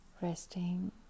resting